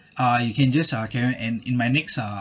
uh you can just uh carry on and in my next uh